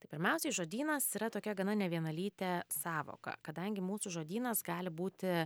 tai pirmiausiai žodynas yra tokia gana nevienalytė sąvoka kadangi mūsų žodynas gali būti